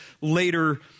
later